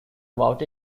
about